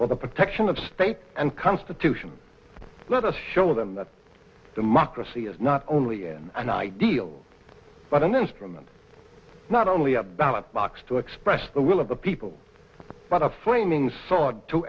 for the protection of state and constitution let us show them that democracy is not only in an ideal but an instrument not only a ballot box to express the will of the people but of framings s